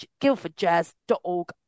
guildfordjazz.org